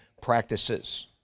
practices